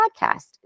podcast